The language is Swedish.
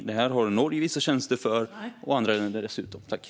Detta har Norge och andra länder vissa tjänster för.